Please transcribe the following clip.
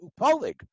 Upolig